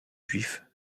juifs